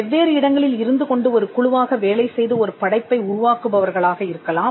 வெவ்வேறு இடங்களில் இருந்துகொண்டு ஒரு குழுவாகவேலை செய்து ஒரு படைப்பை உருவாக்குபவர்களாக இருக்கலாம்